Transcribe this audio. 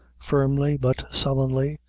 firmly, but sullenly,